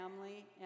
family